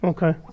Okay